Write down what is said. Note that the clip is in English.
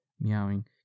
meowing